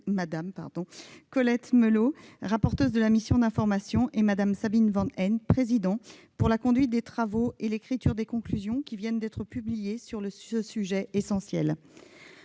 à remercier Mme Colette Mélot, rapporteure de la mission d'information, et Mme Sabine Van Heghe, sa présidente, pour la conduite des travaux et l'écriture des conclusions qui viennent d'être publiées sur ce sujet essentiel.